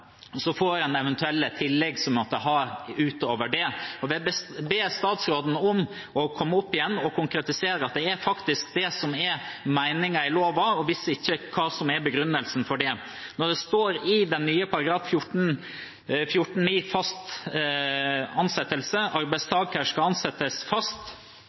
og så får en eventuelle tillegg som en måtte ha, utover det. Jeg vil be statsråden om å komme opp igjen og konkretisere at det faktisk er det som er meningen ut fra loven, og hvis ikke, hva som er begrunnelsen for det. Det står følgende i den nye § 14-9, om fast ansettelse: «Arbeidstaker skal ansettes fast.